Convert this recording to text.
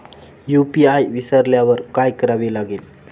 UPI विसरल्यावर काय करावे लागेल?